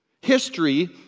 History